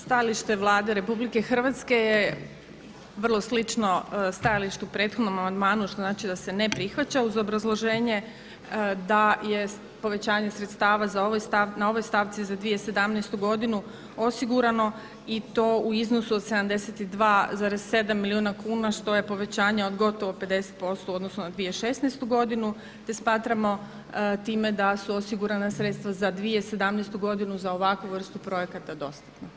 Stajalište Vlade RH je vrlo slično stajalištu o prethodnom amandmanu što znači da se ne prihvaća uz obrazloženje da je povećanje sredstava na ovoj stavci za 2017. godinu osigurano i to u iznosu od 72,7 milijuna kuna što je povećanje od gotovo 50% u odnosu na 2016. godinu te smatramo time da su osigurana sredstva za 2017. godinu za ovakvu vrstu projekata dosta.